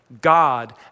God